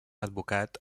advocat